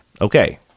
Okay